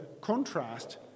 contrast